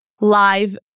live